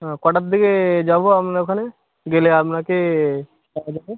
হ্যাঁ কটার দিকে যাবো আপনার ওখানে গেলে আপনাকে পাওয়া যাবে